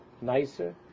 nicer